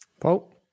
Paul